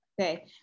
Okay